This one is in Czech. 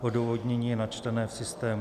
Odůvodnění je načtené v systému.